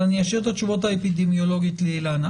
אבל אני אשאיר את התשובות האפידמיולוגיות לאילנה.